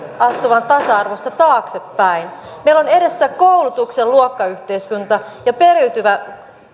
astuvan tasa arvossa taaksepäin meillä on edessä koulutuksen luokkayhteiskunta ja periytyvä